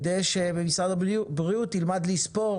כל זאת על מנת שמשרד הבריאות ילמד לספור